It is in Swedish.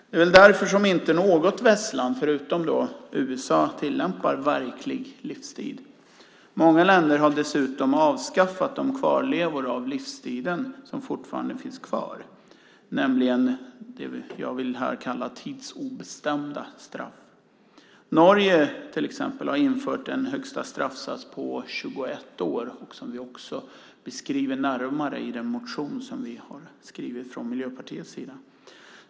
Det är väl därför som inte något västland, förutom USA, tillämpar verklig livstid. Många länder har dessutom avskaffat de kvarlevor av livstidsstraffen som fortfarande finns kvar, nämligen det som jag här vill kalla tidsobestämda straff. Norge, till exempel, har infört en högsta straffsats på 21 år, som vi också beskriver närmare i den motion som vi har skrivit från Miljöpartiets sida.